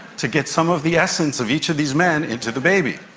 to get some of the essence of each of these men into the baby.